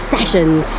Sessions